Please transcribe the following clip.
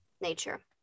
Nature